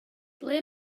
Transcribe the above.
ble